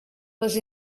les